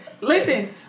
Listen